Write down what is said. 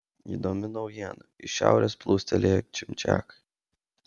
įdomi naujiena iš šiaurės plūstelėję čimčiakai